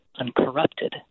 uncorrupted